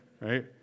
right